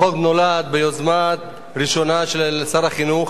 החוק נולד ביוזמה ראשונה של שר החינוך